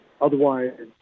Otherwise